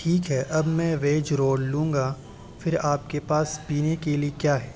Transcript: ٹھیک ہے اب میں ویج رول لوں گا پھر آپ کے پاس پینے کے لیے کیا